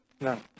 No